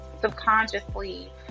subconsciously